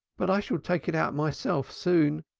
but i shall take it out myself soon.